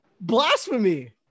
Blasphemy